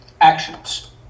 actions